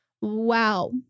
Wow